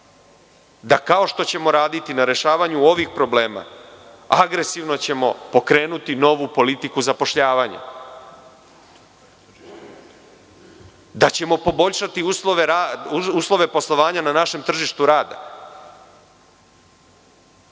da kao što ćemo raditi na rešavanju ovih problema agresivno ćemo pokrenuti novu politiku zapošljavanja, da ćemo poboljšati uslove poslovanja na našem tržištu rada.